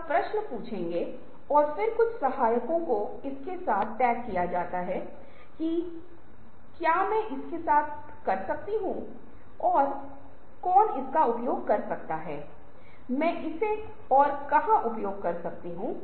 इसलिए मेरे पास एक विचार है कि कैसे एक वर्ग को और अधिक रोचक बनाया जाए तब मैं इन शब्दों को मूल घटक वर्ग में अलग करता हूं मैं इसे और अधिक रोचक बना देता हूं